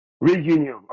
reunion